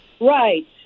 Right